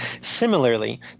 Similarly